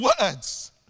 words